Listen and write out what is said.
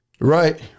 Right